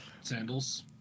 Sandals